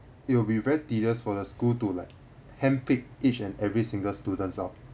it will be very tedious for the school to like hand pick each and every single students out